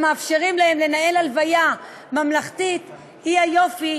מאפשרים להם לנהל הלוויה ממלכתית היא היופי